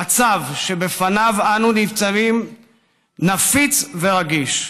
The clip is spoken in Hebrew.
המצב שבפניו אנו ניצבים נפיץ ורגיש.